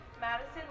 Madison